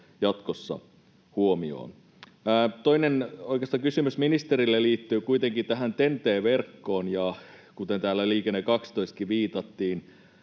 jatkossa huomioon. Toinen asia — oikeastaan kysymys ministerille — liittyy kuitenkin tähän TEN-T-verkkoon. Kuten täällä Liikenne 12:eenkin viitattiin,